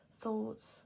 thoughts